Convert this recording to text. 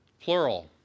plural